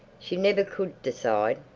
she never could decide.